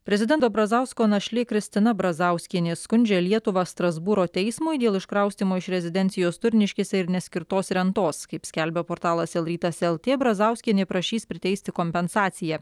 prezidento brazausko našlė kristina brazauskienė skundžia lietuvą strasbūro teismui dėl iškraustymo iš rezidencijos turniškėse ir neskirtos rentos kaip skelbia portalas lrytas lt brazauskienė prašys priteisti kompensaciją